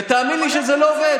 ותאמין לי שזה לא עובד.